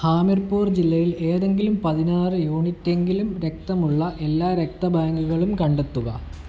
ഹാമിർപൂർ ജില്ലയിൽ ഏതെങ്കിലും പതിനാറ് യൂണിറ്റ് എങ്കിലും രക്തമുള്ള എല്ലാ രക്തബാങ്കുകളും കണ്ടെത്തുക